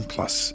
Plus